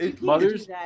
mothers